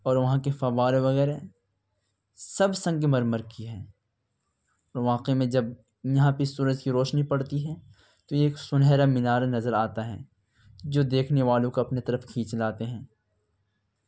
اور وہاں کے فوارے وغیرہ سب سنگ مرمر کی ہیں واقعی میں جب یہاں پر سورج کی روشنی پڑتی ہے تو یہ ایک سنہرا مینار نظر آتا ہے جو دیکھنے والوں کو اپنی طرف کھینچ لاتے ہیں